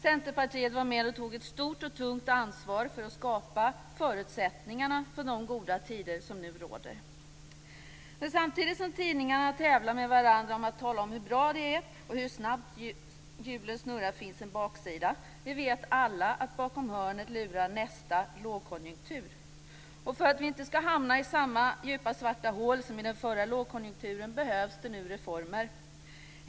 Centerpartiet var med och tog ett stort och tungt ansvar för att skapa förutsättningarna för de goda tider som nu råder. Men samtidigt som tidningarna tävlar med varandra om att tala om hur bra det är och om hur snabbt hjulen snurrar, finns en baksida. Vi vet alla att nästa lågkonjunktur lurar bakom hörnet. För att vi inte ska hamna i samma djupa, svarta hål som under den förra lågkonjunkturen behövs det nu reformer.